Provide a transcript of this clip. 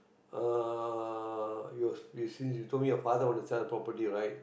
uh you you since you told me your father want to sell a property right